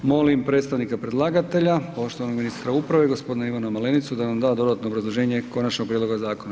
Molim predstavnika predlagatelja poštovanog ministra uprave gospodina Ivana Malenicu da nam da dodatno obrazloženje konačnog prijedloga zakona.